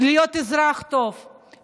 להיות אזרח טוב,